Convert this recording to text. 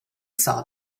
saw